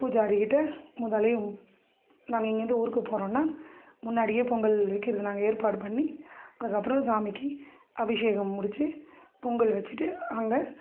பூஜாரிக்கிட்ட முதலை நாங்கள் இங்கேருந்து ஊருக்கு போகறோன்னா முன்னாடியே பொங்கல் வைக்கிறது நாங்கள் ஏற்பாடு பண்ணி அதற்கப்பறம் சாமிக்கு அபிஷேகம் முடிச்சு பொங்கல் வச்சிவிட்டு அங்கே